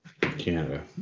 Canada